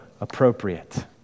appropriate